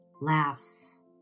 laughs